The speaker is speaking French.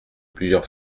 plusieurs